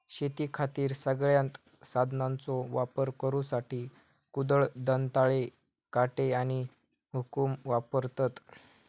शेतीखातीर सगळ्यांत साधनांचो वापर करुसाठी कुदळ, दंताळे, काटे आणि हुकुम वापरतत